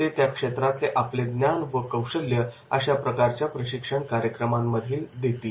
ते त्या क्षेत्रातले आपले ज्ञान व कौशल्य अशा प्रकारच्या प्रशिक्षण कार्यक्रमामध्ये देतील